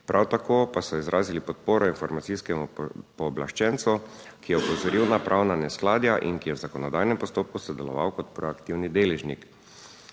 Prav tako pa so izrazili podporo informacijskemu pooblaščencu, ki je opozoril na pravna neskladja in ki je v zakonodajnem postopku sodeloval kot proaktivni deležnik.